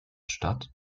statt